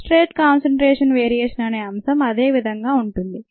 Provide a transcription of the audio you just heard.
sub straight concentration variation అనే అంశం అదే విధంగా ఉంటుంది